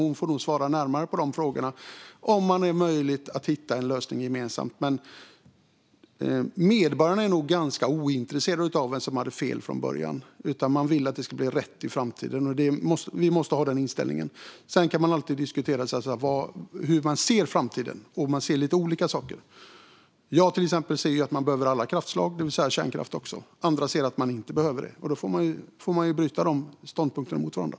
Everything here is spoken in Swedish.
Hon får svara närmare på om det är möjligt att hitta en gemensam lösning. Men medborgarna är nog ganska ointresserade av vem som hade fel från början. Man vill att det ska bli rätt i framtiden. Vi måste ha den inställningen. Man kan alltid diskutera hur man ser på framtiden och om man ser lite olika saker. Jag ser till exempel att vi behöver alla kraftslag, det vill säga också kärnkraft. Andra ser att vi inte behöver det. Då får man bryta de ståndpunkterna mot varandra.